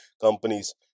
companies